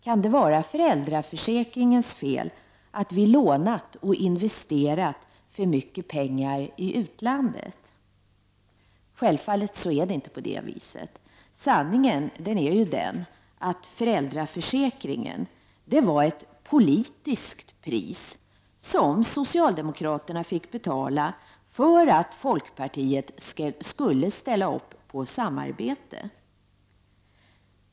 Kan det vara föräldraförsäkringens fel att vi har lånat och investerat för mycket pengar i utlandet? Självfallet är det inte på det viset. Sanningen är den att föräldraförsäkringen var ett politiskt pris som socialdemokraterna fick betala för att folkpartiet skulle ställa upp på samarbete.